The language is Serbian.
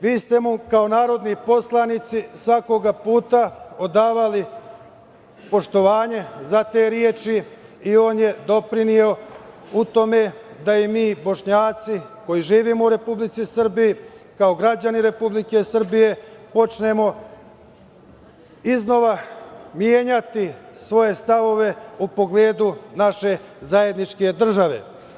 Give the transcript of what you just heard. Vi ste mu kao narodni poslanici svakog puta odavali poštovanje za te reči i on je doprineo u tome da i mi, Bošnjaci koji živimo u Republici Srbiji kao građani Republike Srbije, počnemo iznova menjati svoje stavove u pogledu naše zajedničke države.